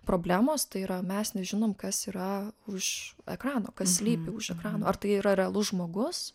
problemos tai yra mes nežinom kas yra už ekrano kas slypi už ekrano ar tai yra realus žmogus